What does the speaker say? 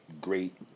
great